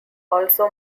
also